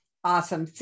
Awesome